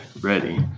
ready